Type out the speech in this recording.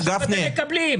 עכשיו אתם מקבלים.